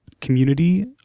community